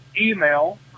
email